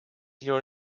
your